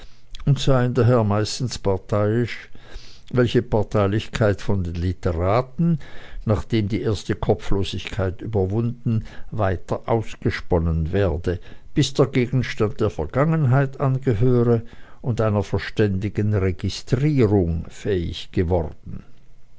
seien daher meistens parteiisch welche parteilichkeit von den literaten nachdem die erste kopflosigkeit überwunden weiter ausgesponnen werde bis der gegenstand der vergangenheit angehöre und einer verständigen registrierung fähig geworden